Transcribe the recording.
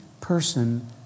person